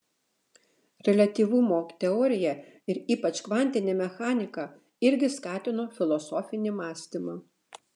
reliatyvumo teorija ir ypač kvantinė mechanika irgi skatino filosofinį mąstymą